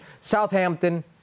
Southampton